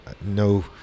no